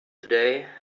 today